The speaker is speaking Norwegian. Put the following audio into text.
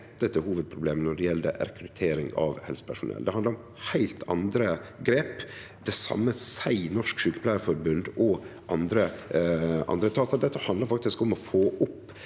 dette til hovudproblemet når det gjeld rekruttering av helsepersonell. Det handlar om heilt andre grep. Det same seier bl.a. Norsk Sykepleierforbund. Dette handlar faktisk om å få opp